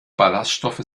ballaststoffe